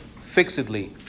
fixedly